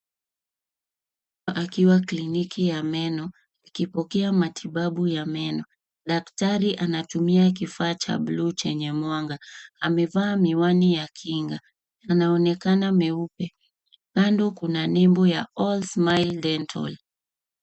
Akiwa kliniki ya meno akipokea matibabu ya meno daktari anatumia kifaa cha buluu chenye mwanga amevaa miwani ya kinga yanaonekena meupe kando kuna nembo ya all smile dental